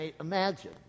imagine